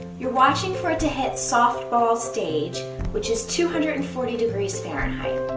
you're watching for it to hit softball stage which is two hundred and forty degrees fahrenheit.